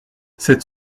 cette